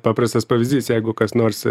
paprastas pavyzdys jeigu kas nors